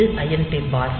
இது ஐஎன்டி பார்